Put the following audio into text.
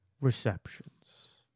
receptions